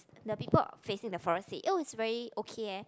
the people facing the forest said oh it's very okay eh